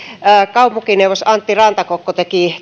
kaupunkineuvos antti rantakokko teki